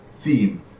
theme